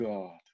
God